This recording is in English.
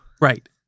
Right